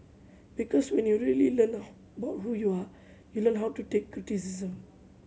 because when you really learn about who you are you learn how to take criticism